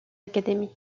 académies